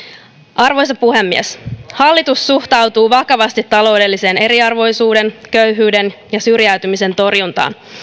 arvoisa puhemies hallitus suhtautuu vakavasti taloudellisen eriarvoisuuden köyhyyden ja syrjäytymisen torjuntaan